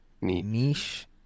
niche